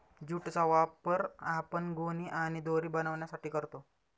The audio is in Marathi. ज्यूट चा वापर आपण गोणी आणि दोरी बनवण्यासाठी करतो